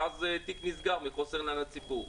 ואז הוא נסגר מחוסר עניין לציבור.